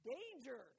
Danger